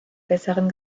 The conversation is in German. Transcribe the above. besseren